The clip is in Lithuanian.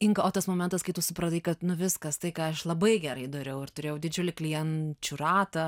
inga o tas momentas kai tu supratai kad nu viskas tai ką aš labai gerai dariau ir turėjau didžiulį klienčių ratą